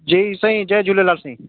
जी साईं जय झूलेलाल साईं